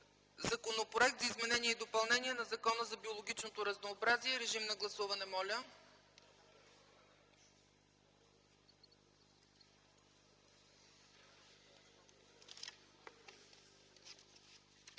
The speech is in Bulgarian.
Законопроект за изменение и допълнение на Закона за биологичното разнообразие. Моля, гласувайте.